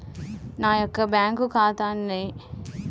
నా యొక్క బ్యాంకు ఖాతాని నెట్ బ్యాంకింగ్ ఖాతాగా మార్చవచ్చా?